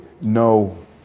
no